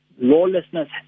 lawlessness